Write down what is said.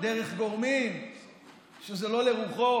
דרך גורמים שזה לא לרוחו,